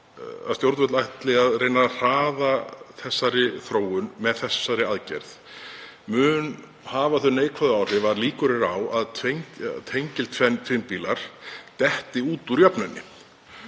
Að stjórnvöld ætli að reyna að hraða þeirri þróun með þessari aðgerð mun hafa þau neikvæðu áhrif að líkur eru á að tengiltvinnbílar detti út úr jöfnunni.